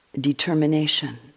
determination